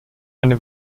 eine